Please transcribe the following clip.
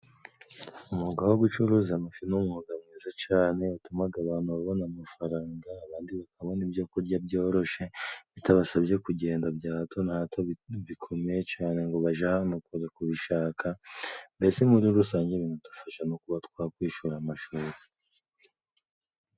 Umwuga wo gucuruza amafi ni umwuga mwiza cane, watumaga abantu babona amafaranga abandi bakabona ibyo kurya byoroshye, bitabasabye kugenda bya hato na hato bikomeye cane ngo baja hano kubishaka mbese muri rusange bidufasha no kuba twakwishyura amashuri.